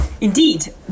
Indeed